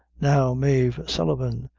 now, mave sullivan,